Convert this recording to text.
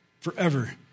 forever